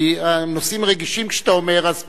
כי כשאתה אומר נושאים רגישים,